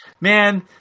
man